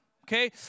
Okay